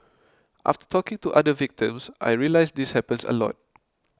after talking to other victims I realised this happens a lot